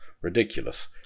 ridiculous